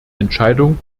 entscheidung